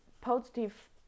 positive